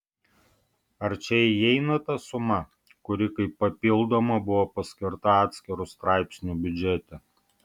ar čia įeina ta suma kuri kaip papildoma buvo paskirta atskiru straipsniu biudžete